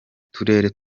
turere